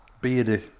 beardy